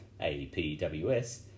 APWS